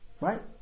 Right